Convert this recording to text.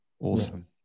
Awesome